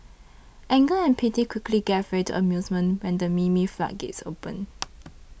anger and pity quickly gave way to amusement when the meme floodgates opened